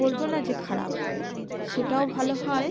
বলব না যে খারাপ হয় সেটাও ভালো হয়